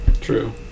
True